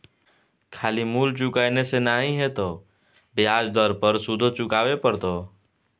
खाली मूल चुकेने से नहि हेतौ ब्याज दर पर सुदो चुकाबे पड़तौ